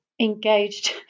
engaged